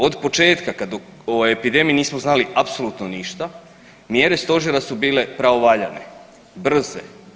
Od početka kad o epidemiji nismo znali apsolutno ništa, mjere stožera su bilo pravovaljane, brze.